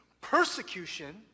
persecution